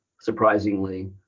surprisingly